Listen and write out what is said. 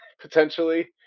potentially